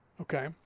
Okay